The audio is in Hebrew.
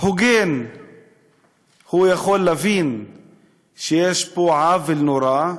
הוגן יכול להבין שיש פה עוול נורא,